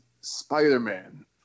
Spider-Man